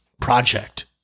project